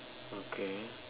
okay